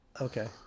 okay